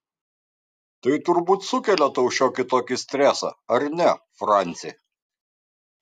tai turbūt sukelia tau šiokį tokį stresą ar ne franci